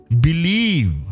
Believe